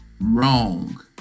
Wrong